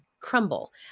crumble